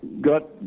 got